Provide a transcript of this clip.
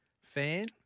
Fan